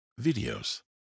videos